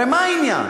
הרי מה העניין?